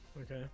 Okay